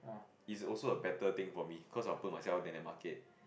it's also a better thing for me cause I'll put myself out in the market